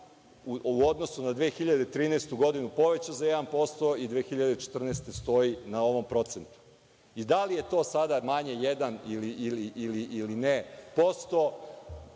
u odnosu na 2013. godinu povećao za 1% i 2014. godine stoji na ovom procentu. Da li je to sada manje jedan ili ne